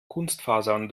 kunstfasern